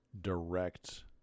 direct